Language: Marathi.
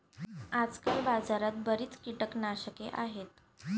आजकाल बाजारात बरीच कीटकनाशके आहेत